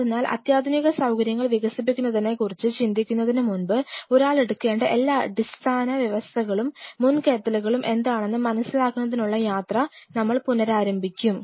അതിനാൽ അത്യാധുനിക സൌകര്യങ്ങൾ വികസിപ്പിക്കുന്നതിനെക്കുറിച്ച് ചിന്തിക്കുന്നതിന് മുമ്പ് ഒരാൾ എടുക്കേണ്ട എല്ലാ അടിസ്ഥാന വ്യവസ്ഥകളും മുൻകരുതലുകളും എന്താണെന്ന് മനസിലാക്കുന്നതിനുള്ള യാത്ര നമ്മൾ പുനരാരംഭിക്കും